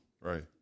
Right